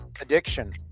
Addiction